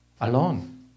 alone